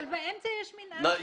אבל באמצע יש מנעד שלם.